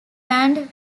band